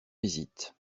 visite